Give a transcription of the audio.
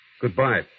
Goodbye